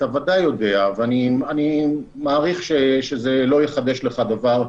אתה ודאי יודע ואני מעריך שזה לא יחדש לך דבר,